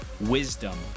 wisdom